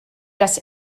das